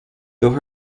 though